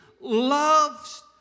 loves